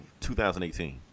2018